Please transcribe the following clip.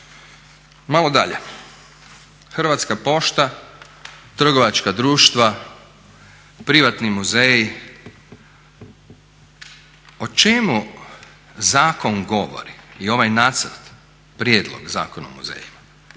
Malo dalje, Hrvatska pošta, trgovačka društva, privatni muzeji o čemu zakon govori i ovaj nacrt prijedlog Zakona o muzejima?